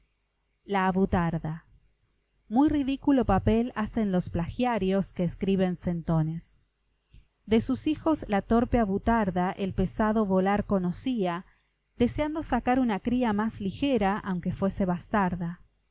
la rana entendiera poesía también de muchos versos lo diría fábula xvi la avutarda muy ridículo papel hacen los plagiarios que escriben centones de sus hijos la torpe avutarda el pesado volar conocía deseando sacar una cría más ligera aunque fuese bastarda